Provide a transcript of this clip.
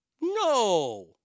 No